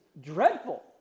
dreadful